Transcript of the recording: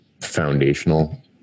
foundational